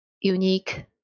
unique